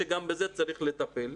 שגם בזה צריך לטפל.